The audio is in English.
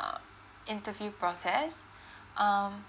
uh interview process um